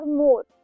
more